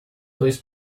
dois